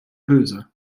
böse